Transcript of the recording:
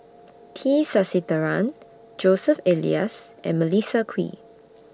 T Sasitharan Joseph Elias and Melissa Kwee